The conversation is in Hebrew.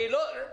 הרצאה חשובה.